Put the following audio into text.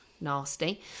Nasty